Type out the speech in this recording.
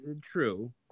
True